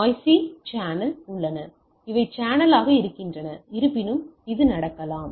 நாய்சி channel உள்ளன இவை சேனலாக இருக்கின்றன இருப்பினும் அது நடக்கலாம்